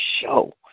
show